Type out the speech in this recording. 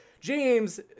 James